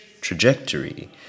trajectory